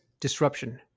disruption